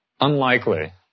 Unlikely